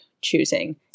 choosing